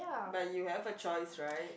but you have a choice right